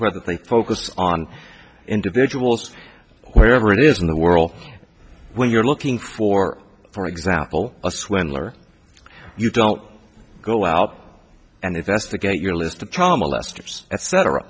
whether they focus on individuals wherever it is in the world when you're looking for for example a swindler you don't go out and investigate your list of trial molesters et